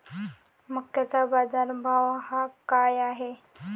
मक्याचा बाजारभाव काय हाय?